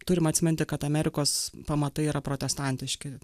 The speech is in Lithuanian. turim atsiminti kad amerikos pamatai yra protestantiški